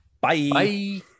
Bye